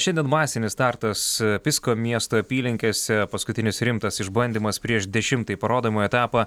šiandien masinis startas pisko miesto apylinkėse paskutinis rimtas išbandymas prieš dešimtąjį parodomąjį etapą